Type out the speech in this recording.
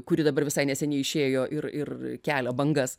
kuri dabar visai neseniai išėjo ir ir kelia bangas